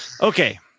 okay